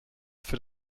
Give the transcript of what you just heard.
für